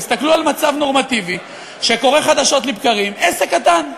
תסתכלו על מצב נורמטיבי שקורה חדשות לבקרים: עסק קטן.